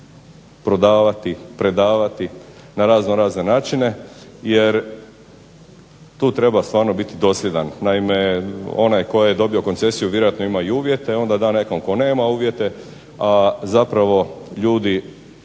prodavati, predavati, na razno razne načine. Jer tu treba stvarno biti dosljedan. Naime, onaj tko je dobio koncesiju vjerojatno ima i uvjete. Onda da nekom tko nema uvjete, a zapravo ljudi